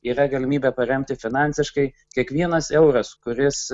yra galimybė paremti finansiškai kiekvienas euras kuris